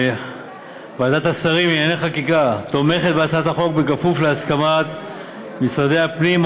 ועדת השרים לענייני חקיקה תומכת בהצעת החוק בכפוף להסכמת משרדי הפנים,